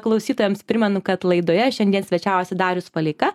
klausytojams primenu kad laidoje šiandien svečiavosi darius valeika